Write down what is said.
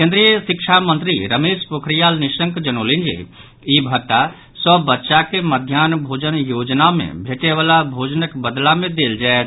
केंद्रीय शिक्षा मंत्री रमेश पोखरियाल निशंक जनौलनि जे ई भत्ता सभ बच्चा के मध्याह्न भोजन योजना मे भेटयवला भोजनक बदला मे देल जायत